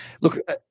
look